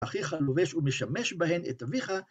אחיך לובש ומשמש בהן את אביך.